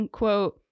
quote